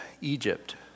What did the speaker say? Egypt